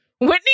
Whitney